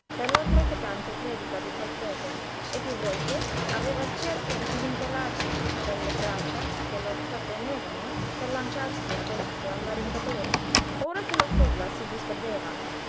per l'oltracotante predica di quel prete e piú volte aveva cercato di divincolarsi dalle braccia che lo trattenevano per lanciarsi addosso all'arringatore ora che la folla si disperdeva